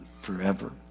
forever